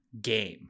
Game